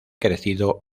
crecido